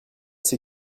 ces